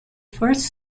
first